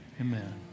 Amen